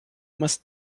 must